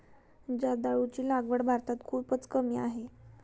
जर्दाळूची लागवड भारतात खूपच कमी आहे